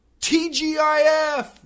TGIF